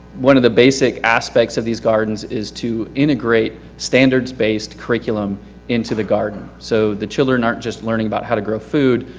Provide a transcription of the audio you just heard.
one of the basic aspects of these gardens is to integrate standard spaced curriculum into the garden, so the children aren't just learning about how to grow food,